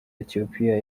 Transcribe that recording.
ethiopia